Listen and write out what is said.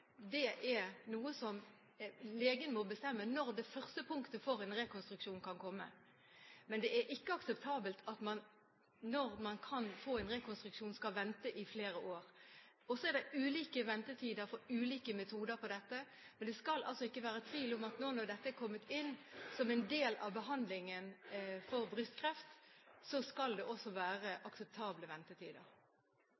det er legen som må bestemme når det første punktet for en rekonstruksjon kan komme. Men det er ikke akseptabelt at man, når man kan få en rekonstruksjon, skal vente i flere år. Så er det ulike ventetider for ulike metoder her, men det skal ikke være tvil om at når dette nå er kommet inn som en del av behandlingen av brystkreft, skal det også være